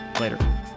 Later